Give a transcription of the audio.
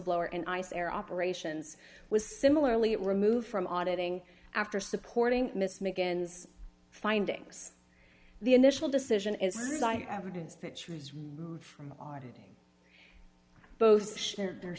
blower in ice air operations was similarly it removed from auditing after supporting miss mackenzie findings the initial decision is zero evidence that she was removed from auditing both there